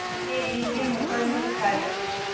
मूंखे ॾींहं जी मोकल में उथारिजो